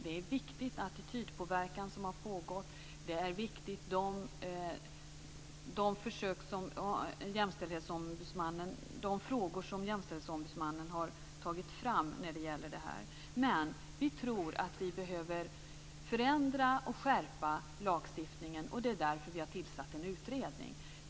Det är viktigt med den attitydpåverkan som har pågått, och det är viktigt med de frågor som Jämställdhetsombudsmannen har tagit fram om detta. Men vi tror att vi behöver förändra och skärpa lagstiftningen, och det är därför vi har tillsatt en utredning.